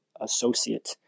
associate